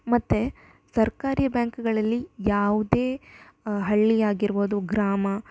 ಮತ್ತು ಸರ್ಕಾರಿ ಬ್ಯಾಂಕ್ಗಳಲ್ಲಿ ಯಾವುದೇ ಹಳ್ಳಿ ಆಗಿರ್ಬೌದು ಗ್ರಾಮ